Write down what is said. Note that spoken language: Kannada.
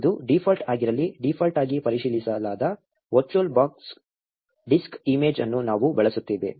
ಇದು ಡೀಫಾಲ್ಟ್ ಆಗಿರಲಿ ಡಿಫಾಲ್ಟ್ ಆಗಿ ಪರಿಶೀಲಿಸಲಾದ ವರ್ಚುವಲ್ ಬಾಕ್ಸ್ ಡಿಸ್ಕ್ ಇಮೇಜ್ ಅನ್ನು ನಾವು ಬಳಸುತ್ತೇವೆ